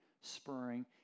spurring